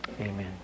Amen